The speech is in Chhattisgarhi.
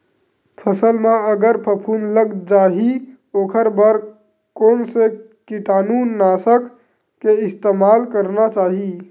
फसल म अगर फफूंद लग जा ही ओखर बर कोन से कीटानु नाशक के इस्तेमाल करना चाहि?